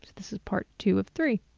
this is part two of three,